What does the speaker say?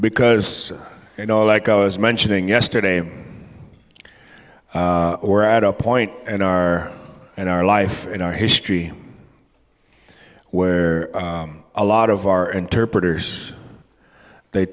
because you know like i was mentioning yesterday we're at a point in our and our life in our history where a lot of our interpreters they